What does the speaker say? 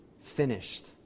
finished